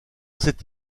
cette